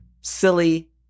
Silly